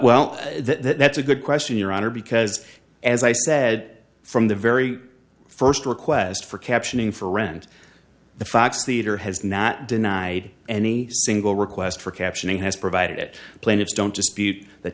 well that is a good question your honor because as i said from the very first request for captioning for rent the fox theatre has not denied any single request for captioning has provided it plaintiffs don't dispute the